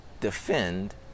Defend